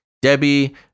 Debbie